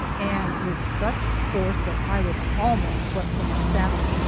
and with such force that i was almost swept from my saddle.